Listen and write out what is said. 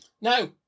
No